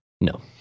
No